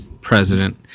president